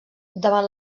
davant